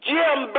Jim